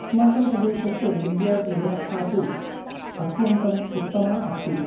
अस्माकं प्रदेशस्य वैद्यव्यवस्था तु अत्यन्तम् उत्तमा अस्ति